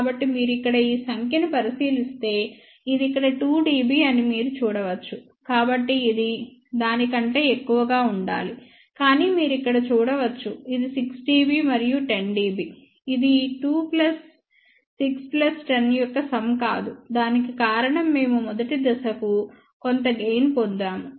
కాబట్టి మీరు ఇక్కడ ఈ సంఖ్యను పరిశీలిస్తే ఇది ఇక్కడ 2 dB అని మీరు చూడవచ్చు కాబట్టి ఇది దాని కంటే ఎక్కువగా ఉండాలి కానీ మీరు ఇక్కడ చూడవచ్చు ఇది 6 dB మరియు 10 dB ఇది ఈ 2 ప్లస్ 6 ప్లస్ 10 యొక్క సమ్ కాదు దానికి కారణం మేము మొదటి దశకు కొంత గెయిన్ పొందాము